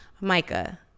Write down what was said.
Micah